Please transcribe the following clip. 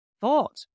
thought